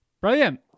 Brilliant